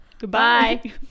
goodbye